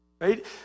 Right